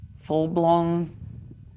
full-blown